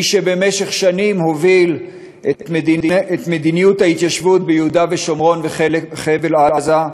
איש שבמשך שנים הוביל את מדיניות ההתיישבות ביהודה ושומרון וחבל-עזה,